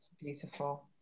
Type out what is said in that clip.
beautiful